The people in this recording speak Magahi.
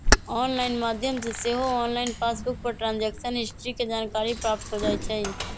ऑनलाइन माध्यम से सेहो ऑनलाइन पासबुक पर ट्रांजैक्शन हिस्ट्री के जानकारी प्राप्त हो जाइ छइ